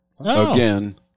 Again